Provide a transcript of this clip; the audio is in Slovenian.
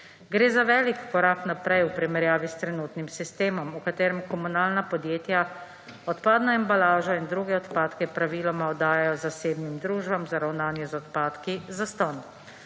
Gre za velik korak naprej v primerjavi s trenutnim sistemom, v katerem komunalna podjetja odpadno embalažo in druge odpadke praviloma oddajo zasebnim družbam za ravnanje z odpadki zastonj.